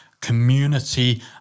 community